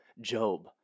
Job